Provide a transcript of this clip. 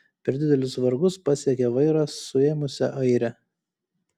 per didelius vargus pasiekė vairą suėmusią airę